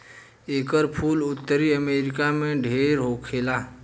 एकर फूल उत्तरी अमेरिका में ढेर होखेला